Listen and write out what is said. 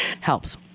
helps